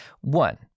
one